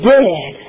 dead